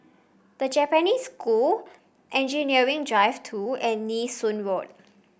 The Japanese School Engineering Drive Two and Nee Soon Road